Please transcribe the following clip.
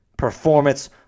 Performance